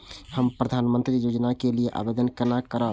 हम प्रधानमंत्री योजना के लिये आवेदन केना करब?